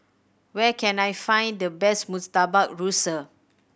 where can I find the best Murtabak Rusa